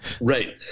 Right